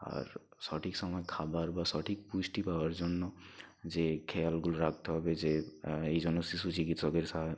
আর সঠিক সময় খাবার বা সঠিক পুষ্টি পাওয়ার জন্য যে খেয়ালগুলো রাখতে হবে যে এই জন্য শিশু চিকিৎসকের সা